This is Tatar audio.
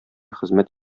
хезмәт